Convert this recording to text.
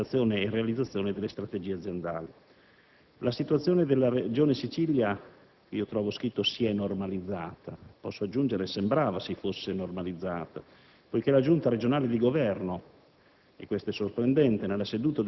allo scopo di assicurare una efficace individuazione e realizzazione delle strategie aziendali. La situazione nella Regione Sicilia - trovo scritto - si è «normalizzata» (posso aggiungere che sembrava si fosse normalizzata) poiché la Giunta regionale di governo